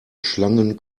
schlangen